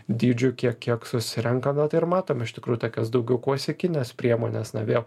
dydžiu kiek kiek susirenka na tai ir matom iš tikrųjų kas daugiau klasikines priemones na vėl